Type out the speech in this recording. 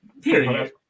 Period